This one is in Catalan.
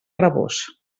rabós